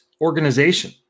organization